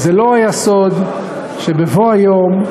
וזה לא היה סוד שבבוא היום,